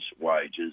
wages